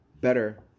better